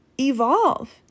evolve